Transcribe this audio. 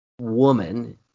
woman